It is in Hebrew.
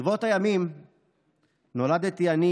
ברבות הימים נולדתי אני,